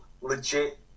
legit